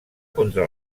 contra